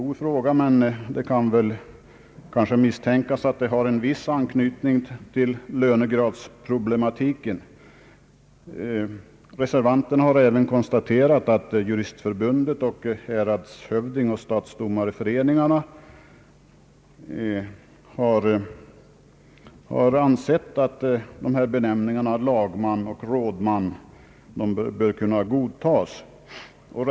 Frågan kan kanske misstänkas ha en viss anknytning till lönegradsproblematiken. Reservanterna har konstaterat att juristförbundet och häradshövdingoch stadsdomareföreningen har ansett benämningarna lagman och rådman vara godtagbara.